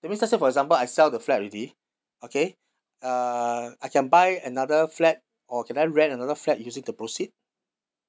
that means for example I sell the flat already okay uh I can buy another flat or can I rent another flat using the proceeds